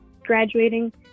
graduating